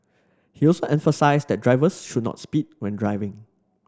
he also emphasised that drivers should not speed when driving